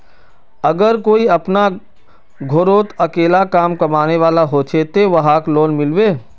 अगर कोई अपना घोरोत अकेला कमाने वाला होचे ते वहाक लोन मिलबे?